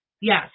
Yes